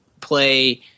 play